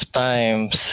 times